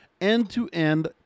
end-to-end